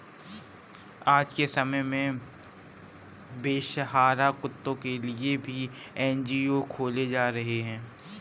आज के समय में बेसहारा कुत्तों के लिए भी एन.जी.ओ खोले जा रहे हैं